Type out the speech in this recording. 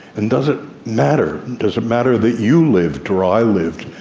and does it matter? does it matter that you lived, or i lived?